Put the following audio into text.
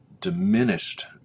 diminished